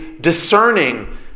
discerning